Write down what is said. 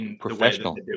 professional